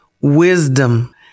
wisdom